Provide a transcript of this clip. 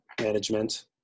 management